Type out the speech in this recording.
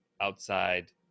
outside